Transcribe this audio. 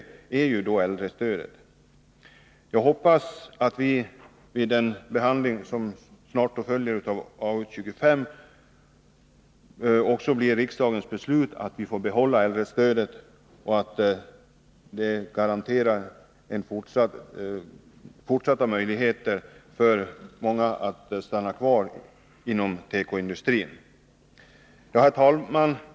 När det gäller arbetsmarknadsutskottets betänkande nr 25, som snart skall behandlas, hoppas jag att det blir riksdagens beslut att vi får behålla äldrestödet. Vidare hoppas jag att många människor skall garanteras möjligheter att få stanna kvar inom tekoindustrin. Herr talman!